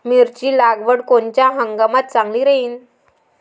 मिरची लागवड कोनच्या हंगामात चांगली राहीन?